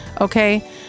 Okay